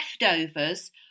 leftovers